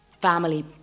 family